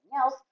else